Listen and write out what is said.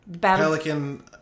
pelican